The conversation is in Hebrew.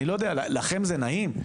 אני לא יודע, לכם זה נעים?